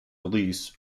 release